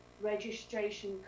registration